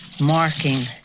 marking